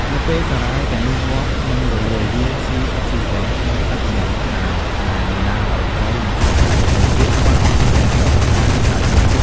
នៅពេលសារ៉ាយទាំងនោះងាប់ និងរលួយ វាស៊ីអុកស៊ីហ្សែនក្នុងទឹកយ៉ាងច្រើន ដែលបណ្តាលឱ្យត្រី និងសត្វទឹកដទៃទៀតខ្វះអុកស៊ីហ្សែនដកដង្ហើម ហើយងាប់។